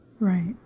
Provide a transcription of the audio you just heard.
Right